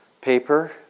paper